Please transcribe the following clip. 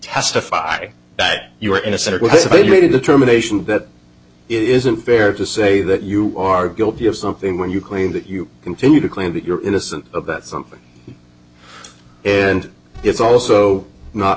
testify that you are in a circle disability determination that it isn't fair to say that you are guilty of something when you claim that you continue to claim that you're innocent of that something and it's also not